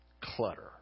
clutter